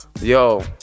yo